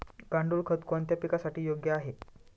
गांडूळ खत कोणत्या पिकासाठी योग्य आहे?